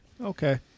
Okay